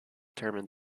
determine